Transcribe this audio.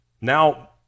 Now